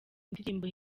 indirimbo